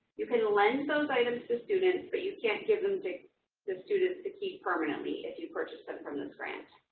you can lend those items to students, but you can't give them to to students to keep permanently if you purchase them from this grant.